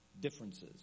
differences